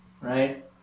right